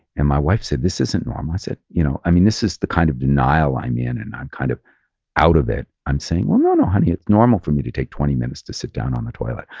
and my wife said, this isn't normal. i said, you know i mean this is the kind of denial i'm yeah in and i'm kind of out of it. i'm saying, well no, no honey, it's normal for me to take twenty minutes to sit down on the toilet.